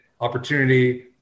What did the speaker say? opportunity